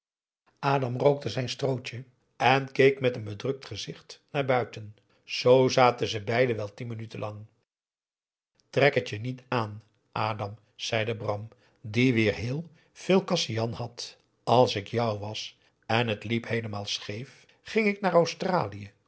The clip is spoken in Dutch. adam rookte zijn strootje en keek met een bedrukt gezicht naar buiten zoo zaten ze beiden wel tien minuten lang aum boe akar eel rek het je niet aan a zei bram die weer heel veel kasian had als ik jou was en het liep heelemaal scheef ging ik naar australië